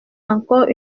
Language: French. encore